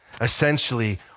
Essentially